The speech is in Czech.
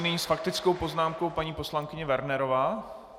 Nyní s faktickou poznámkou paní poslankyně Wernerová?